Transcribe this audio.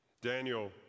Daniel